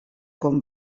com